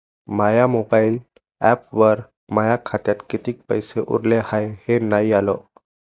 माया mobile ॲपवर माया खात्यात किती पैसे उरले हाय हे नाही आलं